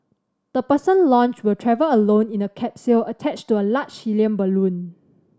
the person launched will travel alone in a capsule attached to a large helium balloon